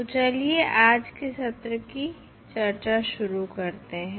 तो चलिए आज के सत्र की चर्चा शुरू करते हैं